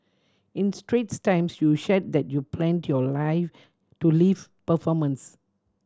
in Straits Times you shared that you planned your life to live performance